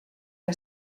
que